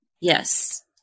Yes